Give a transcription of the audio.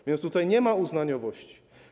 A więc tutaj nie ma uznaniowości.